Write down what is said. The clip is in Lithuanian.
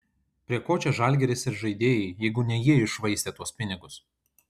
prie ko čia žalgiris ir žaidėjai jeigu ne jie iššvaistė tuos pinigus